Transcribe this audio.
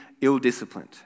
ill-disciplined